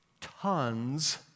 tons